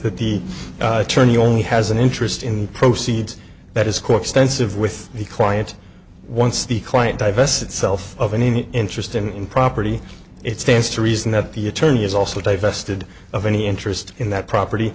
that the attorney only has an interest in proceeds that is quite extensive with the client once the client divest itself of any interest in property it stands to reason that the attorney is also divested of any interest in that property